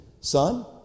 Son